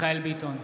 מיכאל מרדכי ביטון,